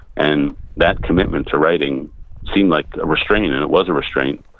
and that commitment to writing seemed like a restraint, and it was a restraint,